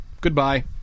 Goodbye